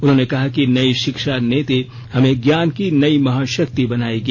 उन्होंने कहा कि नई शिक्षा नीति हमें ज्ञान की नई महाशक्ति बनाएगी